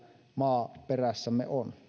maaperässämme on